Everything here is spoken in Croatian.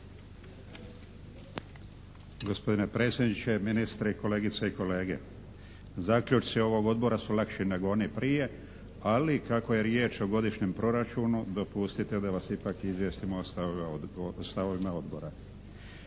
Gospodine predsjedniče, ministri, kolegice i kolege. Zaključci ovog Odbora su lakši nego oni prije, ali kako je riječ o godišnjem proračunu dopustite da vas ipak izvijestim o stavovima Odbora.